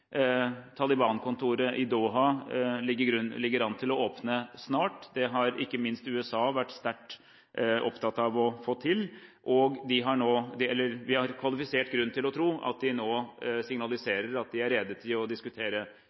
i Doha ligger an til å åpne snart, det har ikke minst USA vært sterkt opptatt av å få til. Vi har kvalifisert grunn til å tro at de nå signaliserer at de er rede til å diskutere